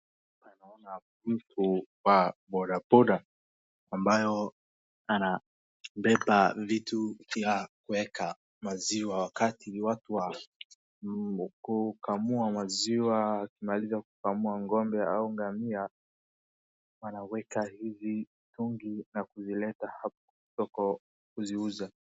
Hapa naona mtu wa boda boda , ambayo analeta vitu vya kuweka maziwa wakati watu wa kukamua maziwa wakimaliza kukamua ng'ombe au ngamia wanaweka hizi tungi ya kuzileta hapa kwa kuziuza.